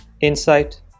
insight